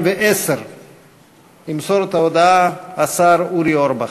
התשע"א 2010. ימסור את ההודעה השר אורי אורבך.